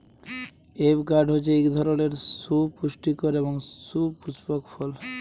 avocado হছে ইক ধরলের সুপুষ্টিকর এবং সুপুস্পক ফল